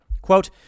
Quote